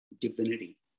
divinity